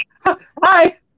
Hi